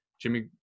Jimmy